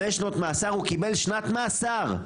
הוא קיבל שנת מאסר.